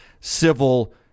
civil